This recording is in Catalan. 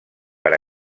per